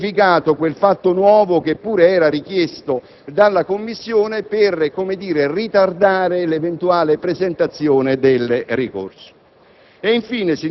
per ipotesi verificato quel fatto nuovo, che pure era richiesto della Commissione, per ritardare l'eventuale presentazione del ricorso?